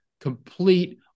complete